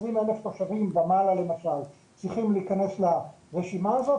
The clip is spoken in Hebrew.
20 אלף תושבים צריכים להיכנס לרשימה הזאת.